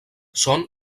són